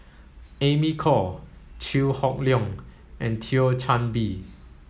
Amy Khor Chew Hock Leong and Thio Chan Bee